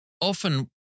often